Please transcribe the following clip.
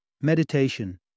Meditation